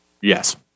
Yes